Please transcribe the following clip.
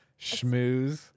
Schmooze